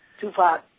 Tupac